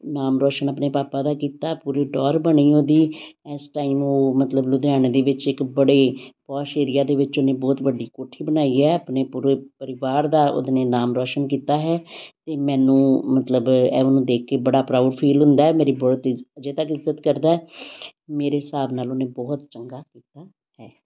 ਨਾਮ ਰੋਸ਼ਨ ਆਪਣੇ ਪਾਪਾ ਦਾ ਕੀਤਾ ਪੂਰੀ ਟੌਹਰ ਬਣੀ ਉਹਦੀ ਇਸ ਟਾਈਮ ਉਹ ਮਤਲਬ ਲੁਧਿਆਣੇ ਦੇ ਵਿੱਚ ਇੱਕ ਬੜੇ ਪੋਸ਼ ਏਰੀਆ ਦੇ ਵਿੱਚ ਉਹਨੇ ਬਹੁਤ ਵੱਡੀ ਕੋਠੀ ਬਣਾਈ ਹੈ ਆਪਣੇ ਪੂਰੇ ਪਰਿਵਾਰ ਦਾ ਉਹਦੇ ਨੇ ਨਾਮ ਰੋਸ਼ਨ ਕੀਤਾ ਹੈ ਅਤੇ ਮੈਨੂੰ ਮਤਲਬ ਇਹ ਮੈਨੂੰ ਦੇਖ ਕੇ ਬੜਾ ਪ੍ਰਾਊਡ ਫੀਲ ਹੁੰਦਾ ਹੈ ਮੇਰੀ ਬਹੁਤ ਇੱਜ ਅਜੇ ਤੱਕ ਇੱਜਤ ਕਰਦਾ ਮੇਰੇ ਹਿਸਾਬ ਨਾਲ ਉਹਨੇ ਬਹੁਤ ਚੰਗਾ ਕੀਤਾ ਹੈ